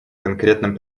конкретном